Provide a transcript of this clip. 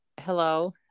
Hello